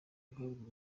guhabwa